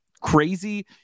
crazy